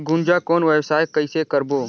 गुनजा कौन व्यवसाय कइसे करबो?